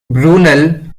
brunel